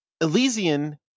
Elysian